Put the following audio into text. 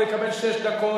הוא יקבל שש דקות,